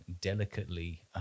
delicately